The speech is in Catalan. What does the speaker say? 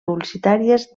publicitàries